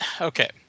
Okay